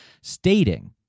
stating